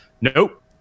Nope